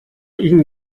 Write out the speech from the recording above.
ihn